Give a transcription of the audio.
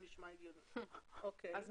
כן.